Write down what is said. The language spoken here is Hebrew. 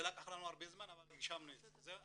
זה לקח הרבה זמן אבל הגשמנו את זה.